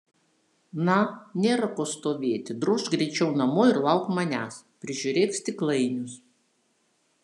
na nėra ko stovėti drožk greičiau namo ir lauk manęs prižiūrėk stiklainius